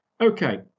Okay